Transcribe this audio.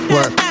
Work